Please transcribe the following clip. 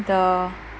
the